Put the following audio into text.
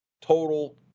total